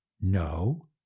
no